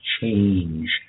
change